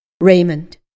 Raymond